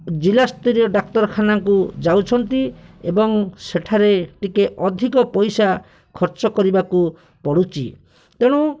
ଜିଲ୍ଲା ସ୍ତରୀୟ ଡାକ୍ତରଖାନାକୁ ଯାଉଛନ୍ତି ଏବଂ ସେଠାରେ ଟିକିଏ ଅଧିକ ପଇସା ଖର୍ଚ୍ଚ କରିବାକୁ ପଡ଼ୁଛି ତେଣୁ